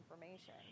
information